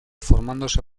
formándose